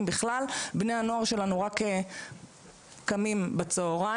בכלל בני הנוער שלנו קמים רק בצוהריים,